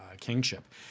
kingship